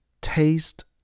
taste